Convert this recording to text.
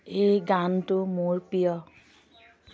এই গানটো মোৰ প্ৰিয়